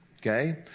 okay